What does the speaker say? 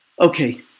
Okay